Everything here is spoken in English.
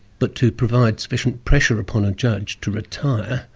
but to provide sufficient pressure upon a judge to retire,